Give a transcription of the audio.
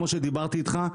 כמו שדיברתי איתך,